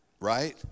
right